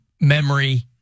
memory